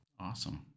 Awesome